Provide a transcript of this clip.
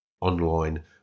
online